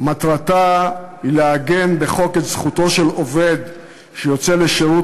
ומטרתה לעגן בחוק את זכותו של עובד שיוצא לשירות